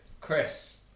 Chris